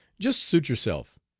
just suit yourself.